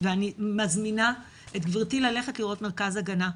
ואני מזמינה את גברתי ללכת לראות מרכז הגנה.